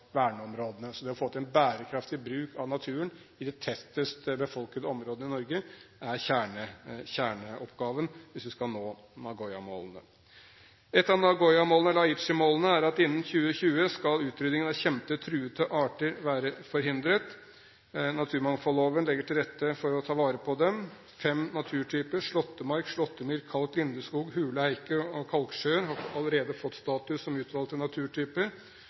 verneområdene. Så det å få til en bærekraftig bruk av naturen i de tettest befolkede områdene i Norge er kjerneoppgaven hvis vi skal nå Nagoya-målene. Et av Nagoya-målene – Aichi-målene – er at innen 2020 skal utrydding av kjente, truede arter være forhindret. Naturmangfoldloven legger til rette for å ta vare på dem. De fem naturtypene slåttemark, slåttemyr, kalklindeskog, hule eiker og kalksjøer har allerede fått status som utvalgte naturtyper.